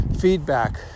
feedback